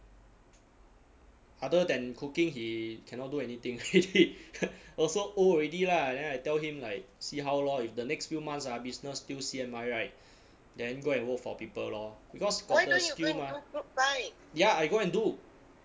other than cooking he cannot do anything also old already lah then I tell him like see how lor if the next few months ah business still C_M_I [right] then go and work for people lor because got the skill mah ya I go and do